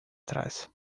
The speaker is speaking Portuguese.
trás